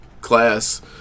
class